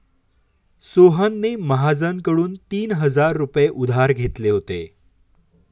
सोहनने महाजनकडून तीन हजार रुपये उधार घेतले होते